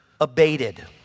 abated